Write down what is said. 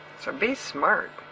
so be smart.